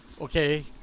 okay